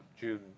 June